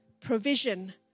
provision